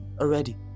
already